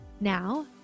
Now